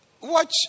Watch